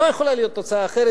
לא יכולה להיות תוצאה אחרת,